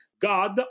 God